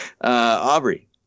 Aubrey